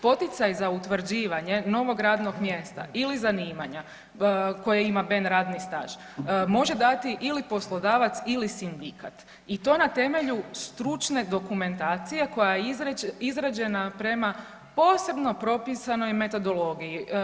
Poticaj za utvrđivanje novog radnog mjesta ili zanimanja koje ima ben radni staž, može dati ili poslodavac ili sindikat i to na temelju stručne dokumentacije koja je izrađena prema posebno propisanoj metodologiji.